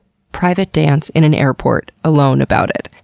private dance, in an airport, alone, about it,